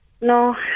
No